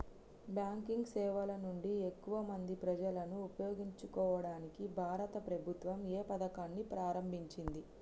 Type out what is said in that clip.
Banking సేవల నుండి ఎక్కువ మంది ప్రజలను ఉపయోగించుకోవడానికి భారత ప్రభుత్వం ఏ పథకాన్ని ప్రారంభించింది?